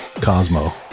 Cosmo